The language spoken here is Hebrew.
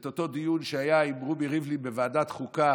את אותו דיון שהיה עם רובי ריבלין בוועדת החוקה